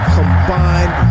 combined